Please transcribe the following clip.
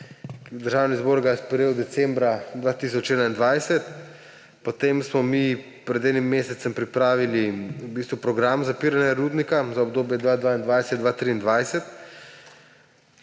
Državni zbor ga je sprejel decembra 2021, potem smo mi pred enim mesecem pripravili program zapiranja rudnika za obdobje 2022–2023.